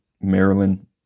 Maryland